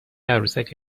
عروسک